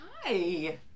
Hi